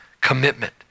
commitment